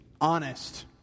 honest